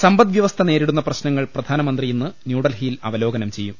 സമ്പദ്വ്യവസ്ഥ നേരിടുന്ന പ്രശ്നങ്ങൾ പ്രധാനമന്ത്രി ഇന്ന് ന്യൂഡൽഹിയിൽ അവലോകനം ചെയ്യും